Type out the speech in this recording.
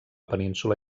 península